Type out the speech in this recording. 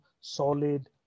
solid